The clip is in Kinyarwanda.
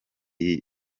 iyi